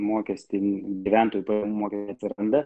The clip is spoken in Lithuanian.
mokestį gyventojų be mugių neatsiranda